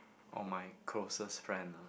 oh my closest friend ah